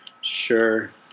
Sure